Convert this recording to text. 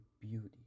beauty